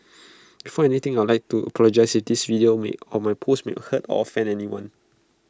before anything I would like to apologise if this video or my post may hurt or offend anyone